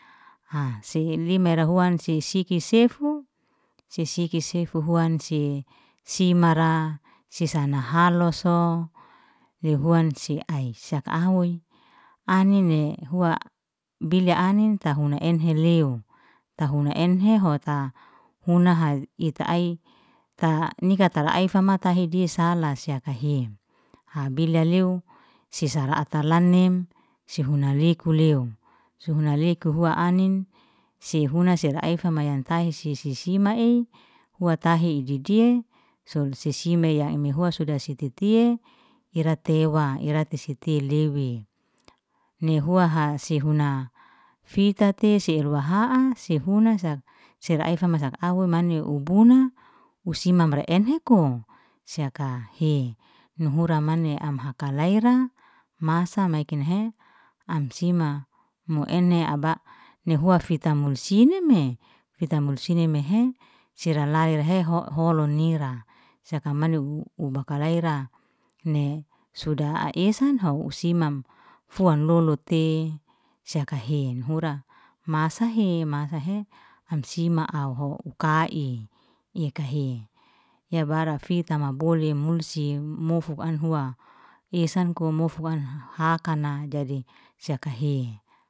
Ha sei limaa ira huan si siki sefu, si siki sefu huan si simara, si sana haloso lew huan siai, saka au oi, anin ne hua bilya anin tahuna enhe lew, tahuna enho ta huna ha ita ai, ta nika tara ai fata matahe dis sala sakahe. Habilya lew si sara ata lanim, si huna leku lew, si huna leku hua anin, sei huna seira ai famayan tahe sei si sima ei, hua tahe i jijie, son si- si meya i mehua suda si titi ei, ira teiwa, ira si ti lewi. Ni hua hase huna fita tese elua'aha se huna sa, sera ai famasa au mani u mani buna u si mamra enheko, sei kahe nuhura mane am hakalay ra, masa mai kenhe, am sima mu ene aba nihua fitam munsina me fita munsina mehe sera lai'rahe ho- holon nira, seka manu u bakalay ra, ne suda ai isanho husimam, fuam lolo te sekahe, in hura masahe masaahe am sima au hou u ka'i yakahe, ya bara fitama bole mulsey mufu anhua, esan kumofwan hakana dadi yakahe.